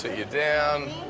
ah you down.